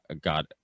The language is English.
got